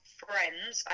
friends